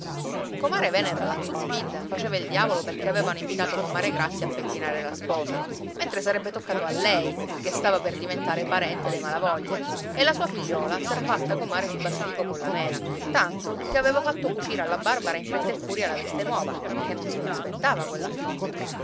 comare venera la zuppidda faceva il diavolo perché avevano invitato comare grazia a pettinare la sposa mentre sarebbe toccato a lei che stava per diventare parente dei malavoglia e la sua figliuola s'era fatta comare di basilico con la mena tanto che aveva fatto cucire alla barbara in fretta e furia la veste nuova ché non se lo aspettava quell'affronto